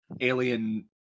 alien